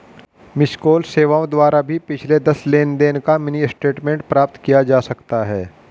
miss call सेवाओं द्वारा भी पिछले दस लेनदेन का मिनी स्टेटमेंट प्राप्त किया जा सकता है